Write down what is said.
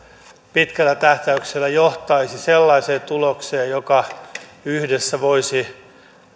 pitkällä tähtäyksellä johtaisi sellaiseen tulokseen joka yhdessä voisi